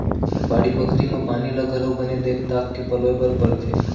बाड़ी बखरी म पानी ल घलौ बने देख ताक के पलोय बर परथे